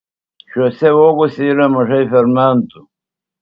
šiose uogose yra mažai fermentų